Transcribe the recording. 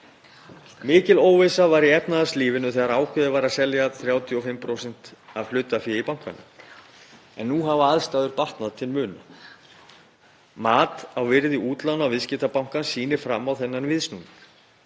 Mikil óvissa var í efnahagslífinu þegar ákveðið var að selja 35% af hlutafé í bankanum en nú hafa aðstæður batnað til muna. Mat á virði útlána viðskiptabankans sýnir fram á þennan viðsnúning.